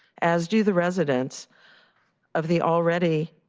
as do the residents of the already